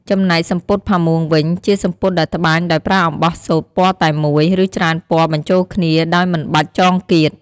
ចំណែកសំពត់ផាមួងវិញ ជាសំពត់ដែលត្បាញដោយប្រើអំបោះសូត្រពណ៌តែមួយ ឬច្រើនពណ៌បញ្ចូលគ្នាដោយមិនបាច់ចងគាត។